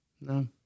No